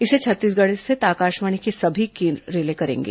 इसे छत्तीसगढ़ स्थित आकाशवाणी के सभी केंद्र रिले करेंगे